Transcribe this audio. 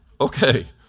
Okay